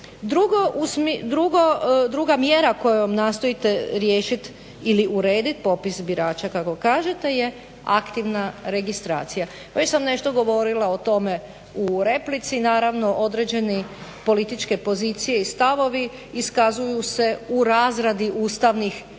Druga mjera kojom nastojite riješit ili uredit popis birača kako kažete je aktivna registracija. Već sam nešto govorila o tome u replici. Naravno određene političke pozicije i stavovi iskazuju se u razradi ustavnih odredaba